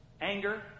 Anger